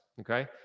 okay